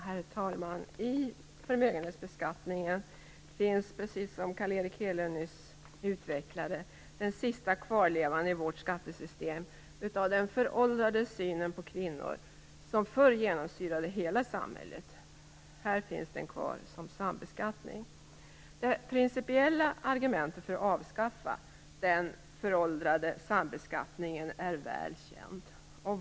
Herr talman! I förmögenhetsbeskattningen finns, precis som Carl Erik Hedlund här utvecklat, den sista kvarlevan i vårt skattesystem av den föråldrade syn på kvinnor som förr genomsyrade hela samhället, nämligen sambeskattning. Det principiella argumentet för att avskaffa den föråldrade sambeskattningen är väl känt.